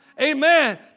Amen